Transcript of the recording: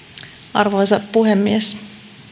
arvoisa puhemies